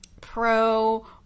pro